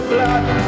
blood